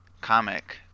comic